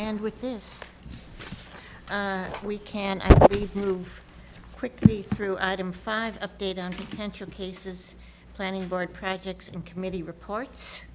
and with this we can move quickly through adam five update on paces planning board projects and committee reports